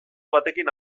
batekin